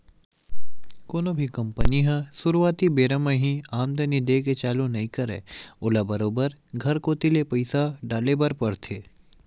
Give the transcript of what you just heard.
कोनो भी कंपनी ह सुरुवाती बेरा म ही आमदानी देय के चालू नइ करय ओला बरोबर घर कोती ले पइसा डाले बर परथे